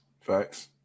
Facts